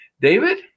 David